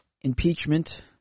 impeachment